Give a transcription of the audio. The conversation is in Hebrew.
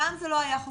פעם זה לא היה חוקי,